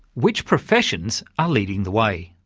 which professions are leading the way?